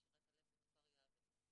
את "שירת הלב" בכפר יעבץ.